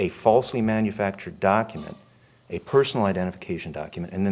a falsely manufactured document a personal identification document and then